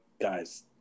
guys